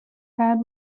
had